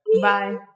Bye